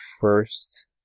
first